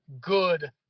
good